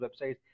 websites